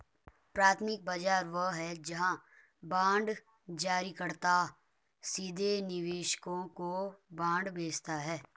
प्राथमिक बाजार वह है जहां बांड जारीकर्ता सीधे निवेशकों को बांड बेचता है